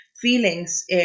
feelings